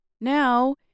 Now